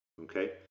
okay